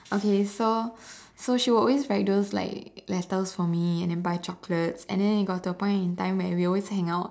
okay so so she will always write those like letters for me and then buy chocolate and then it got to a point in time where we will always hang out